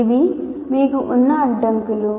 ఇవి మీకు ఉన్న అడ్డంకులు